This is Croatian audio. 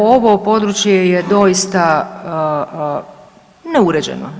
Ovo područje je doista neuređeno.